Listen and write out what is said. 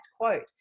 quote